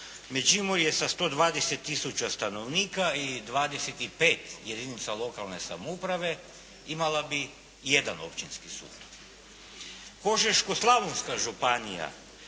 Međimurje sa 120 tisuća stanovnika i 25 jedinica lokalne samouprave imala bi 1 općinski sud. Požeško-slavonska županija